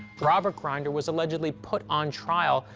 robert grinder was allegedly put on trial,